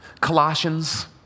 Colossians